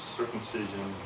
circumcision